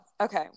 okay